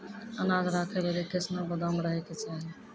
अनाज राखै लेली कैसनौ गोदाम रहै के चाही?